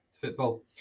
football